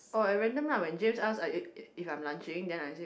oh I random up when James ask if if I am lunching then I say